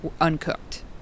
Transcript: uncooked